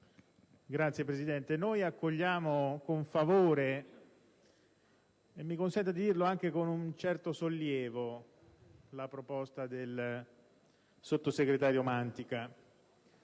Signor Presidente, noi accogliamo con favore e, mi consenta di dirlo, anche con un certo sollievo la proposta del sottosegretario Mantica.